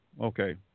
Okay